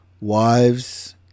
wives